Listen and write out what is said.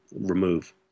remove